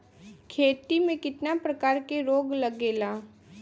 खेती में कितना प्रकार के रोग लगेला?